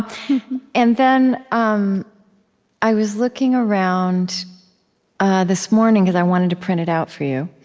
and then um i was looking around this morning, because i wanted to print it out for you,